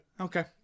Okay